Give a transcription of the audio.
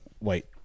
Wait